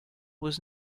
was